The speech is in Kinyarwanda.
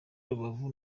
rubavu